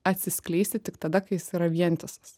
atsiskleisti tik tada kai jis yra vientisas